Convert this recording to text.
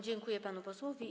Dziękuję panu posłowi.